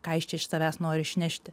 ką jis čia iš tavęs nori išnešti